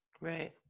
Right